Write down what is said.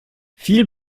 viel